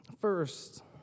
First